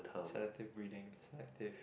selective reading selective